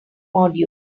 module